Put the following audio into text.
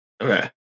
Okay